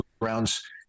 rounds